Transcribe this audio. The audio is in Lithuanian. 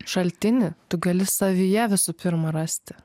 šaltinį tu gali savyje visų pirma rasti